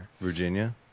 Virginia